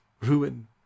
ruin